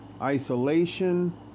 isolation